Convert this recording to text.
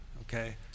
Okay